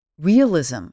realism